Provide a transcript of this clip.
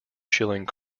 shilling